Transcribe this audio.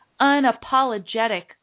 unapologetic